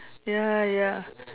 ya ya